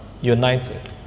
united